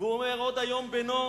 והוא אומר: עוד היום בנוב,